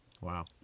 Wow